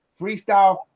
freestyle